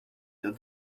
that